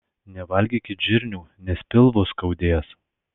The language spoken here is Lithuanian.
nevalgykit žirnių nes pilvus skaudės